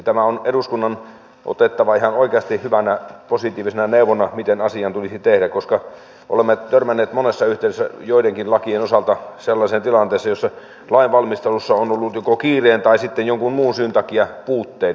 tämä on eduskunnan otettava ihan oikeasti hyvänä positiivisena neuvona siitä mitä asialle tulisi tehdä koska olemme törmänneet monessa yhteydessä joidenkin lakien osalta sellaiseen tilanteeseen jossa lainvalmistelussa on ollut joko kiireen tai sitten jonkun muun syyn takia puutteita